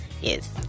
Yes